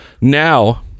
Now